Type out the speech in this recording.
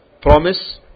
promise